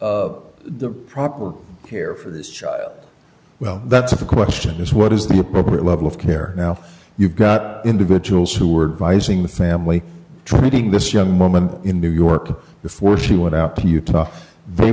the well that's the question is what is the appropriate level of care now you've got individuals who were devising the family treating this young woman in new york before she went out to utah they